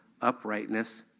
uprightness